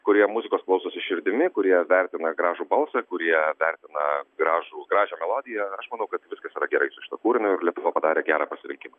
kurie muzikos klausosi širdimi kurie vertina gražų balsą kurie vertina gražų gražią melodiją aš manau kad viskas yra gerai su šituo kūriniu ir lietuva padarė gerą pasirinkimą